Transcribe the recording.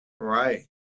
Right